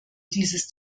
dieses